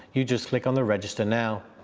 you just click on the register now.